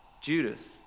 Judas